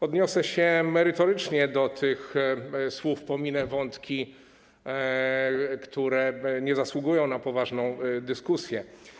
Odniosę się merytorycznie do tych słów, pominę wątki, które nie zasługują na poważną dyskusję.